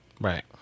Right